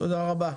תודה רבה.